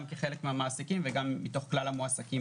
גם כחלק מהמעסיקים וגם מתוך כלל המועסקים.